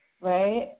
Right